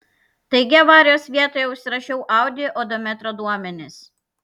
taigi avarijos vietoje užsirašiau audi odometro duomenis